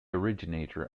originator